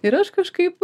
ir aš kažkaip